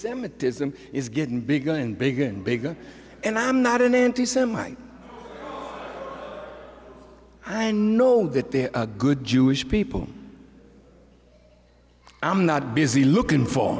semitism is getting bigger and bigger and bigger and i am not an anti semite i know that there are a good jewish people i'm not busy looking for